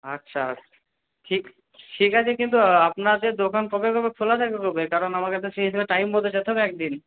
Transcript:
আচ্ছা ঠিক ঠিক আছে কিন্তু আপনাদের দোকান কবে কবে খোলা থাকে কবে কারন আমাকে তো সেই হিসাবে টাইম মতো যেতে হবে একদিন